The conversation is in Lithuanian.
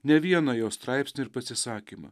ne vieną jo straipsnį ir pasisakymą